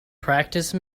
practice